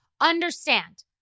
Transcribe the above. Understand